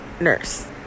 nurse